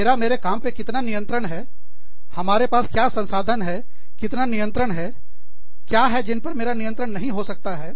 मेरा मेरे काम पर कितना नियंत्रण है हमारे पास क्या संसाधन हैकितना नियंत्रण है क्या है जिन पर मेरा नियंत्रण नहीं हो सकता है